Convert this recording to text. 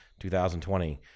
2020